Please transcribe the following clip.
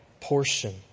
portion